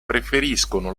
preferiscono